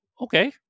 Okay